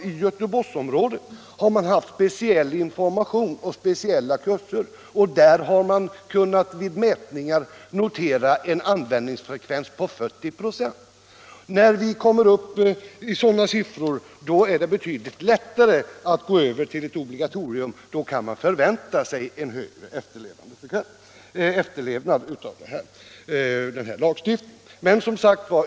I Göteborgsområdet har man givit speciell information och särskilda kurser. Där har man vid mätningar kunnat notera en användingsfrekvens på uppemot 40 26. När användningen kommer upp i sådana siffror, är det betydligt lättare att gå över till ett obligatorium. Då kan man förvänta sig en bättre efterlevnad av denna lagstiftning.